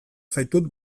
zaitut